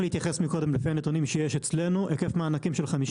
לפי הנתונים שיש אצלנו היקף מענקים של 50